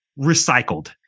recycled